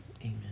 amen